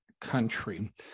country